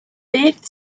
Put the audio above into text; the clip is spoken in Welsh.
beth